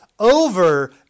over